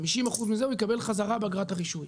50% מזה הוא יקבל באגרת הרישוי,